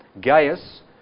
Gaius